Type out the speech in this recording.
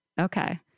Okay